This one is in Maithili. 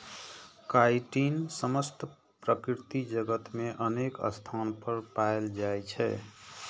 काइटिन समस्त प्रकृति जगत मे अनेक स्थान पर पाएल जाइ छै